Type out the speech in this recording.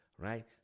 Right